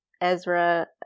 Ezra